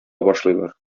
башлыйлар